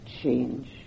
change